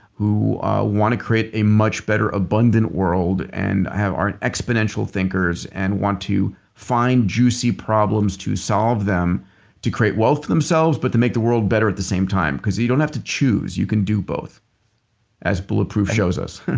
who want to create a much better abundant world and are exponential thinkers and want to find juicy problems to solve them to create wealth for themselves but to make the world better at the same time. because you don't have to choose. you can do both as bulletproof shows us